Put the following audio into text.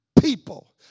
people